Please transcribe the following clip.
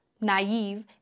naive